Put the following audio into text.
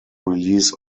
release